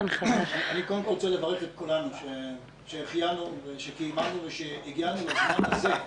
אני רוצה לברך את כולנו שהחיינו וקיימנו והגענו לזמן הזה.